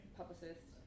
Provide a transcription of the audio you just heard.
publicist